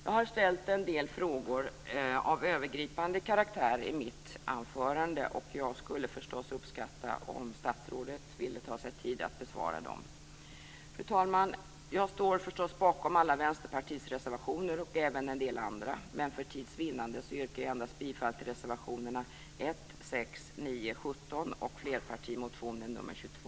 Jag har ställt en del frågor av övergripande karaktär i mitt anförande och jag skulle uppskatta om statsrådet ville ta sig tid att besvara dem. Fru talman! Jag står förstås bakom alla Vänsterpartiets reservationer och även en del andra, men för tids vinnande yrkar jag bifall endast till reservationerna 1, 6, 9, 17 och till flerpartimotionen nr 22.